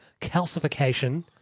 calcification